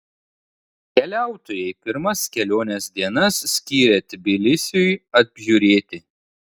keliautojai pirmas kelionės dienas skyrė tbilisiui apžiūrėti